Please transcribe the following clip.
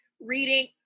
reading